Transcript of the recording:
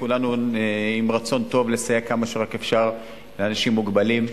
כולנו עם רצון טוב לסייע עד כמה שרק אפשר לאנשים מוגבלים,